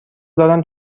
دارم